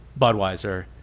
budweiser